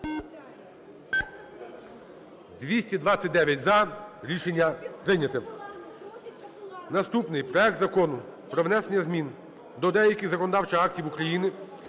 За-201 Рішення не прийнято. Наступний. Проект Закону про внесення змін до деяких законодавчих актів України